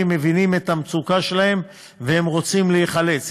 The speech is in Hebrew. מבינים את המצוקה שלהם והם רוצים להיחלץ.